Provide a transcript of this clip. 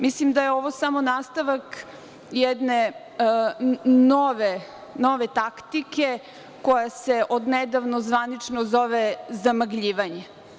Mislim da je ovo nastavak jedne nove taktike koja se od nedavno zvanično zove zamagljivanje.